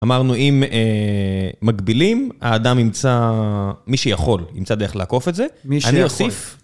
אמרנו אם מגבילים, האדם ימצא, מי שיכול ימצא דרך לעקוף את זה, אני אוסיף.